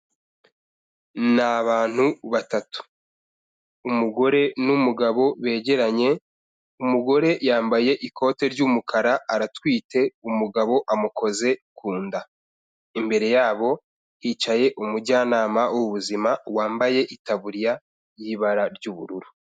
Ni abantu batatu, umugore n'umugabo begeranye, umugore yambaye ikote ry'umukara aratwite umugabo amukoze ku nda, imbere yabo hicaye umujyanama w'ubuzima wambaye itaburiya y'ibara ry'ubururu.